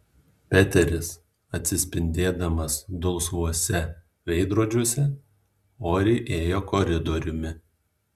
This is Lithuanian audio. peteris atsispindėdamas dulsvuose veidrodžiuose oriai ėjo koridoriumi